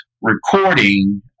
recording